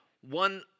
one